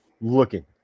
looking